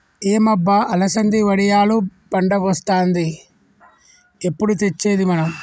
ఏం అబ్బ అలసంది వడియాలు పండగొస్తాంది ఎప్పుడు తెచ్చేది మనం